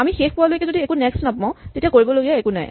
আমি শেষ পোৱালৈকে যদি একো নেক্স্ট নাপাও তেতিয়া কৰিবলগীয়া একো নাই